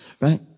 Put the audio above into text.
Right